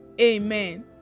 Amen